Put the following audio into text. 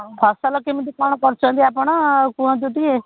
ଫସଲ କେମିତି କ'ଣ କରିଛନ୍ତି ଆପଣ କୁହନ୍ତୁ ଟିକିଏ